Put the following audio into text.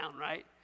right